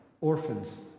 orphans